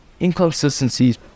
inconsistencies